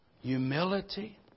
humility